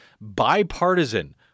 bipartisan